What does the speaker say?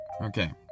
okay